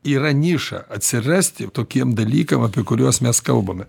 yra niša atsirasti tokiem dalykam apie kuriuos mes kalbame